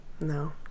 no